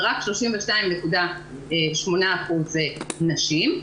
ורק 32.8% נשים.